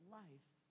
life